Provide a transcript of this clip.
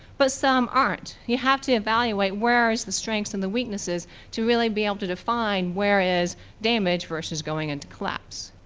but some aren't. you have to evaluate where is the strengths and the weaknesses to really be able to define where is damage versus going into collapse.